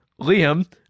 Liam